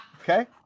Okay